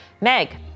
meg